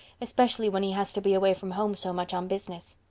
especially when he has to be away from home so much on business.